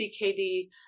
CKD